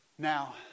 Now